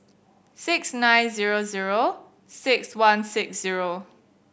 six nine zero zero six one six zero